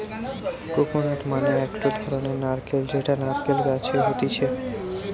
coconut মানে একটো ধরণের নারকেল যেটা নারকেল গাছে হতিছে